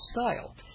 style